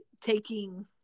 taking